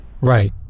Right